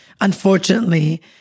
Unfortunately